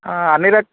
అన్ని రకం